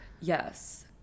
Yes